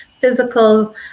physical